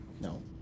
no